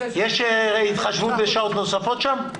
יש התחשבות בשאר התוספות שם?